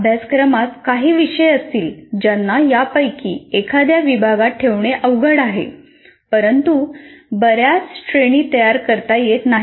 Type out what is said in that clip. अभ्यासक्रमात काही विषय असतील ज्यांना यापैकी एखाद्या विभागात ठेवणे अवघड आहे परंतु बर्याच श्रेणी तयार करता येत नाहीत